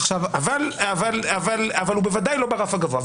אבל הוא בוודאי לא ברף הגבוה.